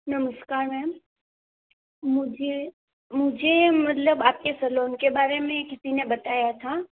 नमस्कार मैम मुझे मुझे मतलब आपके सैलून के बारे में किसी ने बताया था